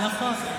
סליחה, נכון.